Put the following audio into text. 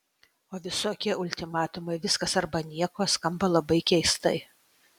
o visokie ultimatumai viskas arba nieko skamba labai keistai